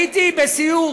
הייתי בסיור